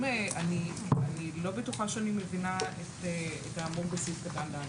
אני לא בטוחה שאני מבינה את האמור בסעיף קטן (ד).